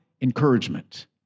encouragement